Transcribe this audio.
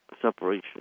separation